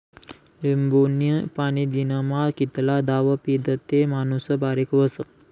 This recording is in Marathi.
लिंबूनं पाणी दिनमा कितला दाव पीदं ते माणूस बारीक व्हस?